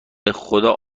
بخدا